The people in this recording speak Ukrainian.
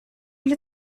для